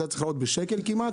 זה היה צריך לעלות בשקל כמעט,